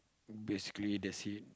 basically that's it